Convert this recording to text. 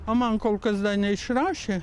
o man kol kas dar neišrašė